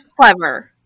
clever